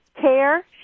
Care